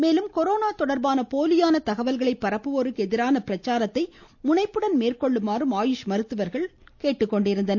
மேலும் கொரோனா தொடர்பான போலியான தகவல்களை பரப்புவோருக்கு எதிரான பிரச்சாரத்தை முனைப்புடன் மேற்கொள்ளுமாறும் ஆயுஷ் மருத்துவர்கள் வலியுறுத்தியிருந்தனர்